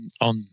on